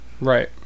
Right